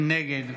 נגד